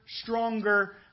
stronger